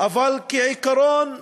אבל כעיקרון,